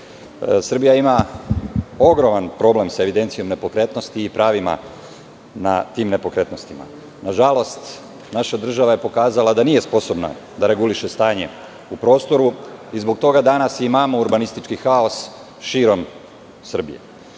Srbija ima ogroman problem sa evidencijom nepokretnosti i pravima na tim nepokretnostima. Nažalost, naša država je pokazala da nije sposobna da reguliše stanje u prostoru i zbog toga danas imamo urbanistički haos širom Srbije.